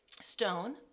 Stone